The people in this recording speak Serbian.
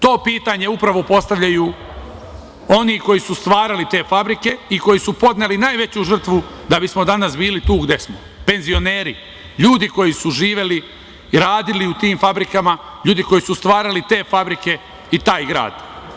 To pitanje upravo postavljaju oni koji su stvarali te fabrike i koji su podneli najveću žrtvu da bismo danas bili tu gde smo - penzioneri, ljudi koji su živeli i radili u tim fabrikama, ljudi koji su stvarali te fabrike i taj grad.